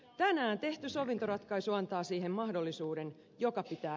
tänään tehty sovintoratkaisu antaa siihen mahdollisuuden joka sitä